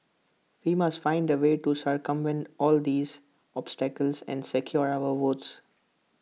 we must find A way to circumvent all these obstacles and secure our votes